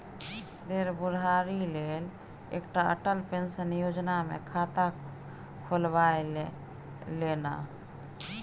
रे बुढ़ारी लेल एकटा अटल पेंशन योजना मे खाता खोलबाए ले ना